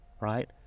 right